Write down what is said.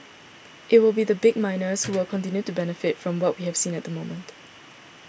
it will be the big miners who will continue to benefit from what we have seen at the moment